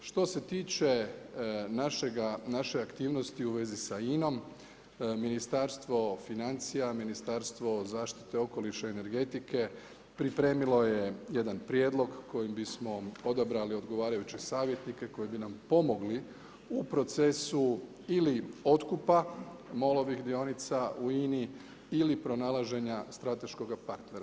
Što se tiče naše aktivnosti u vezi sa INA-om, Ministarstvo financija, Ministarstvo zaštite okoliša i energetike pripremilo je jedan prijedlog kojim bismo odabrali odgovarajuće savjetnike koji bi nam pomogli u procesu ili otkupa MOL-ovih dionica u INA-i ili pronalaženja strateškog partnera.